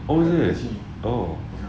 oh is it oh